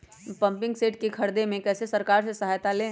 Pumping set के ख़रीदे मे कैसे सरकार से सहायता ले?